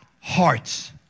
hearts